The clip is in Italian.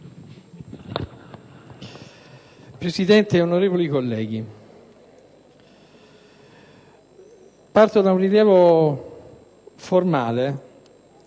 Presidente, onorevoli colleghi, parto da un rilievo formale,